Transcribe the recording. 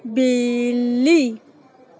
ਬਿੱਲੀ